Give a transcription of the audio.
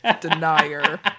denier